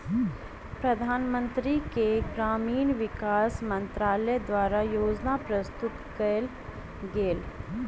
प्रधानमंत्री के ग्रामीण विकास मंत्रालय द्वारा योजना प्रस्तुत कएल गेल